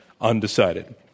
undecided